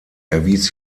erwies